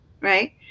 right